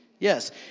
Yes